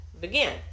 begin